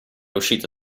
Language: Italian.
uscito